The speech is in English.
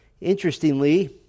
Interestingly